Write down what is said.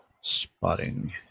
spotting